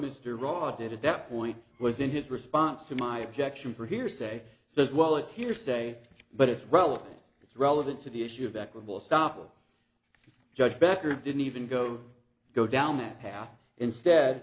mr rod did at that point was in his response to my objection for hearsay says well it's hearsay but it's relevant it's relevant to the issue of equitable stoppel judge becker of didn't even go go down that path instead